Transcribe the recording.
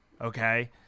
okay